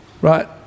right